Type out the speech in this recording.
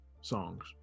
songs